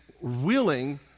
willing